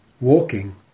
walking